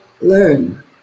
learn